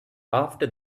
after